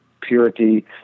purity